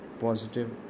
positive